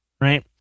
Right